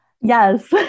Yes